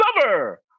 summer